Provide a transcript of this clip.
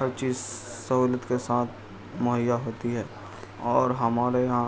ہر چیز سہولت کے ساتھ مہیا ہوتی ہے اور ہمارے یہاں